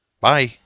Bye